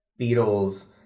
Beatles